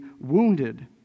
wounded